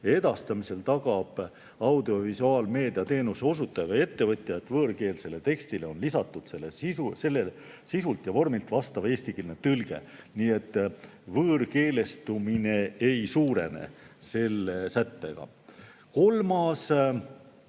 edastamisel tagab audiovisuaalmeedia teenuse osutaja või ettevõtja, et võõrkeelsele tekstile on lisatud sellele sisult ja vormilt vastav eestikeelne tõlge. Nii et võõrkeelestumine ei suurene selle sättega. Kolmanda